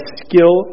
skill